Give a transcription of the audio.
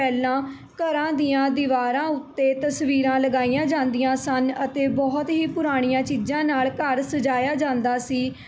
ਪਹਿਲਾਂ ਘਰਾਂ ਦੀਆਂ ਦੀਵਾਰਾਂ ਉੱਤੇ ਤਸਵੀਰਾਂ ਲਗਾਈਆਂ ਜਾਂਦੀਆਂ ਸਨ ਅਤੇ ਬਹੁਤ ਹੀ ਪੁਰਾਣੀਆਂ ਚੀਜ਼ਾਂ ਨਾਲ ਘਰ ਸਜਾਇਆ ਜਾਂਦਾ ਸੀ